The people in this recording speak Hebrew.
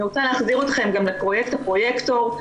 אני רוצה להחזיר אתכם לפרויקט הפרויקטור.